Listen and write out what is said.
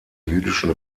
jüdischen